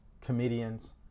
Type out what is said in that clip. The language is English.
Comedians